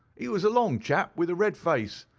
he was a long chap, with a red face,